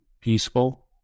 peaceful